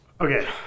Okay